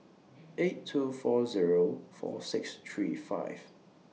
eight two four Zero four six three five